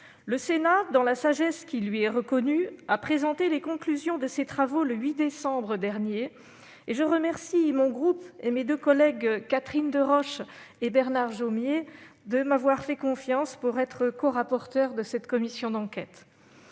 Le Sénat, dont la sagesse est reconnue, a présenté les conclusions de ses travaux le 8 décembre dernier. Je remercie le groupe Union Centriste et mes collègues Catherine Deroche et Bernard Jomier de m'avoir fait confiance pour être corapporteure de cette commission d'enquête.